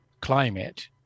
climate